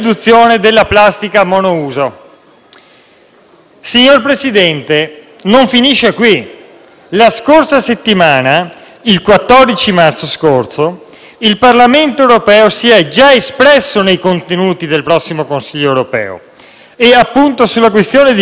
finisce qui: il 14 marzo scorso il Parlamento europeo si è già espresso nei contenuti del prossimo Consiglio europeo e sulla questione dei cambiamenti climatici ha approvato - come immagino sappia - a larga maggioranza,